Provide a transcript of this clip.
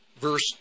Verse